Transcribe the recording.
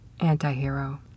antihero